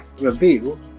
review